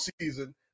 season